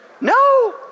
No